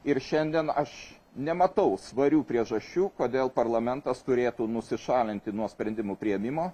ir šiandien aš nematau svarių priežasčių kodėl parlamentas turėtų nusišalinti nuo sprendimų priėmimo